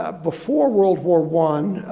ah before world war one,